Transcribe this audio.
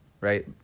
right